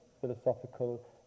philosophical